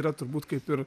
yra turbūt kaip ir